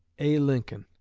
a. lincoln,